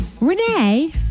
Renee